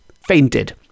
fainted